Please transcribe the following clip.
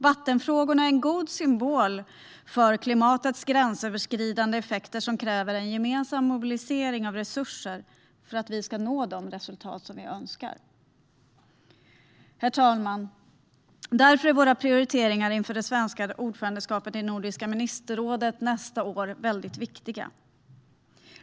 Vattenfrågorna är en god symbol för klimatets gränsöverskridande effekter som kräver en gemensam mobilisering av resurser för att vi ska nå de resultat som vi önskar. Herr talman! Därför är våra prioriteringar inför det svenska ordförandeskapet i Nordiska ministerrådet nästa år väldigt viktiga.